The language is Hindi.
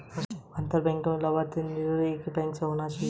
अंतर बैंक में लभार्थी को निधि ट्रांसफर करने के लिए एक ही बैंक होना चाहिए